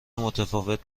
متفاوت